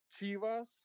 Chivas